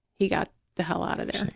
he got the hell out of there,